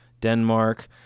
Denmark